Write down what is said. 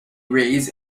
raise